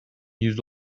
yüzde